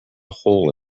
hole